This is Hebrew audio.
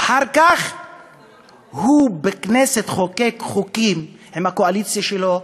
אחר כך בכנסת הוא חוקק חוקים עם הקואליציה שלו,